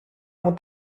μου